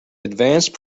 advanced